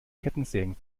kettensägen